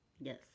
yes